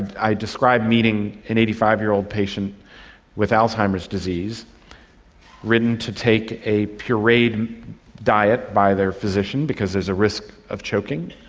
and i describe meeting an eighty five year old patient with alzheimer's disease made to take a pureed diet by their physician because there is a risk of choking,